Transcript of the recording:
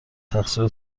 تقصیر